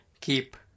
keep